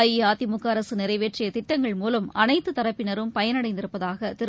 அஇஅதிமுக அரசு நிறைவேற்றிய திட்டங்கள் மூலம் அனைத்து தரப்பினரும் பயனடைந்திருப்பதாக திரு